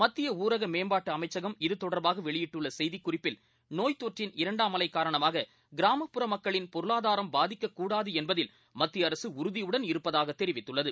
மத்தியஊரகமேம்பாட்டுஅமைச்சகம் இது தொடர்பாகவெளியிட்டுள்ளசெய்திக்குறிப்பில் நோய் தொற்றின் இரண்டாம் மக்களின் பொருளாதாரம் பாதிக்கக்கூடாதுஎன்பதில் மத்தியஅரசுஉறுதியுடன் இருப்பததாகதெரிவித்துள்ளது